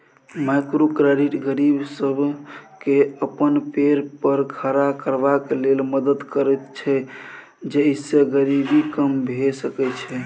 micro credit गरीब सबके अपन पैर खड़ा करबाक लेल मदद करैत छै जइसे गरीबी कम भेय सकेए